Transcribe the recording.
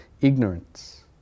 ignorance